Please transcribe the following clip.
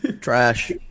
Trash